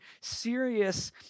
serious